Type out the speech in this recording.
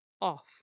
off